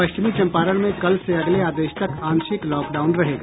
पश्चिमी चंपारण में कल से अगले आदेश तक आंशिक लॉकडाउन रहेगा